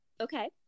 Okay